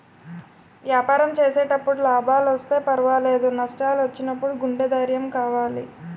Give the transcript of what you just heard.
వ్యాపారం చేసేటప్పుడు లాభాలొస్తే పర్వాలేదు, నష్టాలు వచ్చినప్పుడు గుండె ధైర్యం కావాలి